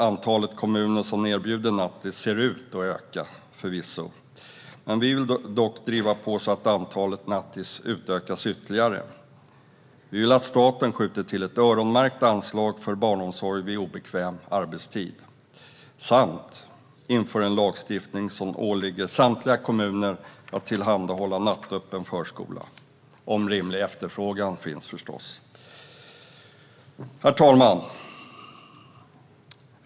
Antalet kommuner som erbjuder nattis ser förvisso ut att öka, men vi vill driva på så att antalet nattis utökas ytterligare. Vi vill att staten skjuter till ett öronmärkt anslag för barnomsorg på obekväm arbetstid samt inför en lagstiftning som ålägger samtliga kommuner att tillhandahålla nattöppen förskola, om rimlig efterfrågan finns. Herr talman!